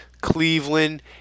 Cleveland